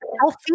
healthy